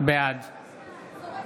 בעד